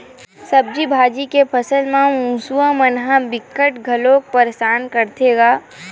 सब्जी भाजी के फसल म मूसवा मन ह बिकट घलोक परसान करथे गा